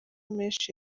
menshi